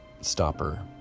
stopper